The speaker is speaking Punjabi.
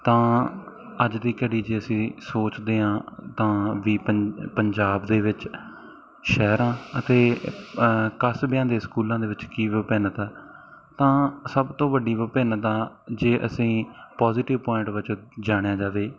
ਤਾਂ ਅੱਜ ਦੀ ਘੜੀ ਜੇ ਅਸੀਂ ਸੋਚਦੇ ਹਾਂ ਤਾਂ ਵੀ ਪੰ ਪੰਜਾਬ ਦੇ ਵਿੱਚ ਸ਼ਹਿਰਾਂ ਅਤੇ ਕਸਬਿਆਂ ਦੇ ਸਕੂਲਾਂ ਦੇ ਵਿੱਚ ਕੀ ਵਿਭਿੰਨਤਾ ਤਾਂ ਸਭ ਤੋਂ ਵੱਡੀ ਵਿਭਿੰਨਤਾ ਜੇ ਅਸੀਂ ਪੋਜੀਟਿਵ ਪੁਆਇੰਟ ਵਿੱਚ ਜਾਣਿਆ ਜਾਵੇ